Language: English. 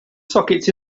sockets